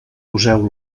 poseu